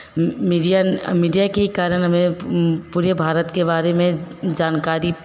media media के कारण हमें पूरे भारत के बारे में जानकारी